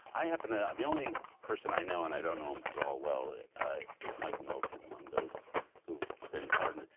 i happen to the only person i know and i don't know him at all well is michael milken among those who've been pardoned.